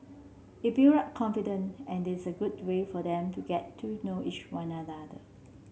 it build up confident and is a good way for them to get to know is on other